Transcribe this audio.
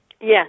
Yes